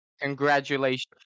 Congratulations